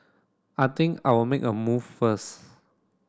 I think I'll make a move first